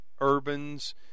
urbans